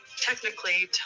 Technically